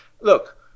Look